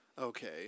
Okay